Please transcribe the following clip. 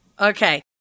Okay